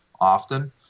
often